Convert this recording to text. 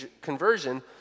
conversion